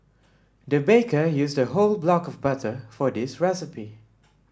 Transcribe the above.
the baker used a whole block of butter for this recipe